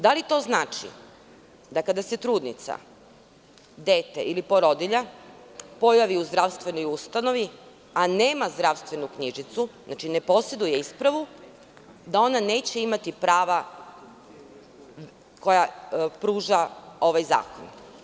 Da li to znači, da kada se trudnica, dete ili porodilja pojave u zdravstvenoj ustanovi, a nema zdravstvenu knjižicu, znači ne poseduje ispravu, da one neće imati prava koja pruža ovaj zakon?